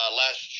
last